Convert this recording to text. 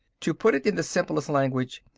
to put it in the simplest language,